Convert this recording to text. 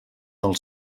del